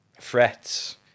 Threats